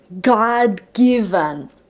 God-given